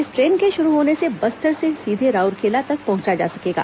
इस ट्रेन के शुरू होने से बस्तर से सीधे राउरकेला तक पहुंचा जा सकेगा